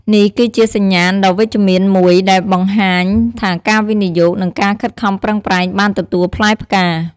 នេះគឺជាសញ្ញាណដ៏វិជ្ជមានមួយដែលបង្ហាញថាការវិនិយោគ និងការខិតខំប្រឹងប្រែងបានទទួលផ្លែផ្កា។